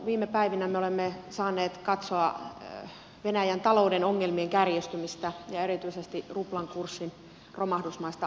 viime päivinä me olemme saaneet katsoa venäjän talouden ongelmien kärjistymistä ja erityisesti ruplan kurssin romahdusmaista alenemista